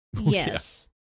Yes